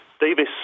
Davis